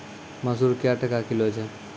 मसूर क्या टका किलो छ?